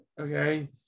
okay